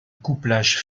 couplage